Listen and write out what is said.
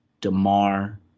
Damar